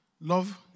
Love